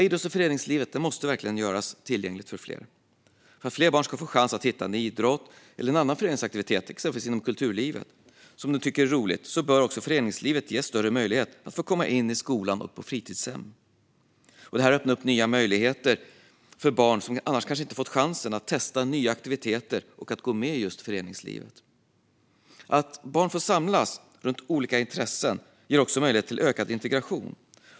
Idrotts och föreningslivet måste verkligen göras tillgängligt för fler. För att fler barn ska få chansen att hitta en idrott eller annan föreningsaktivitet som de tycker är rolig, exempelvis inom kulturlivet, bör också föreningslivet ges större möjlighet att komma in i skolan och på fritidshem. Det öppnar nya möjligheter för barn som annars kanske inte hade fått chansen att testa nya aktiviteter och att gå med i föreningslivet. Att barn får samlas runt olika intressen ger också möjlighet till ökad integration.